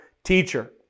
teacher